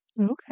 Okay